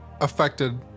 affected